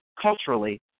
culturally